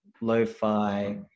lo-fi